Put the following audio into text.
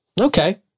Okay